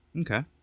Okay